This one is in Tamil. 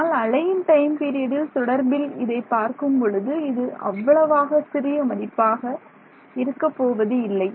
ஆனால் அலையின் டைம் பீரியடில் தொடர்பில் இதைப் பார்க்கும் பொழுது இது அவ்வளவாக சிறிய மதிப்பாக இருக்கப்போவதில்லை